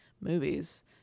movies